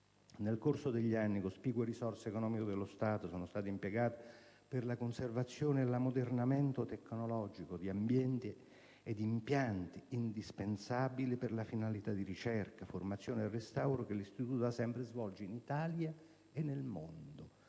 Nel corso degli anni cospicue risorse economiche dello Stato sono state impiegate per la conservazione e l'ammodernamento tecnologico di ambienti ed impianti indispensabili per la finalità di ricerca, formazione e restauro che l'Istituto da sempre svolge in Italia e nel mondo,